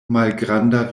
malgranda